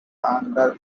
under